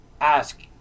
ask